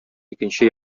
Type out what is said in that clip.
икенче